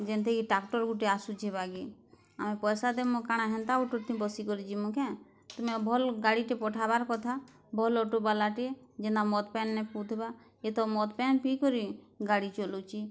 ଯେମ୍ତି ଗୋଟେ ଟ୍ରାକ୍ଟର ଆସୁଛି ବାଗି ଆମେ ପଇସା ଦବୁଁ ହେନ୍ତା ଅଟୋରେ ବସି କରି ଯିବୁଁ କେଁ ତମେ ଭଲ୍ ଗାଡ଼ିଟେ ପଠାବାର୍ କଥା ଭଲ୍ ଅଟୋ ବାଲାଟେ ଯିନ୍ଟା ମଦ୍ ପାନ୍ ନେଇ ପିଉ ଥିବା ଇଏତ ମଦ ପାନ୍ ପି କରି ଗାଡ଼ି ଚଲଉଛି